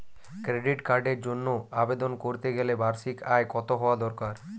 Credit কার্ডের জন্য আবেদন করতে গেলে বার্ষিক আয় কত হওয়া দরকার?